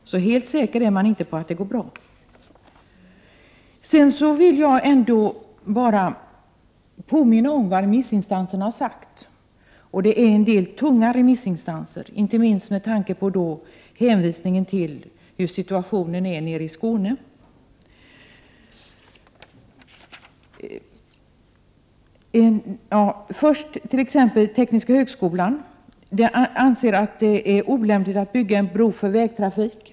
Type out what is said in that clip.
Helt säker är man alltså inte på att det går bra. Jag vill också påminna om vad remissinstanserna har sagt. Det är en del tunga remissinstanser som har yttrat sig — inte minst med tanke på hur situationen är i Skåne. Till att börja med anser Tekniska högskolan att det är olämpligt att bygga en bro för järnvägstrafik.